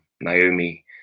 Naomi